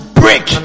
break